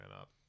up